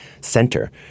center